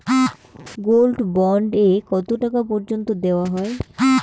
Gold bond এ কতো টাকা পর্যন্ত দেওয়া হয়?